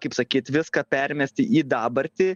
kaip sakyt viską permesti į dabartį